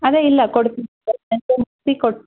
ಅದೇ ಇಲ್ಲ ಕೊಡ್ತೀನಿ ಕೊಡ್ತೀನಿ